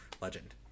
Legend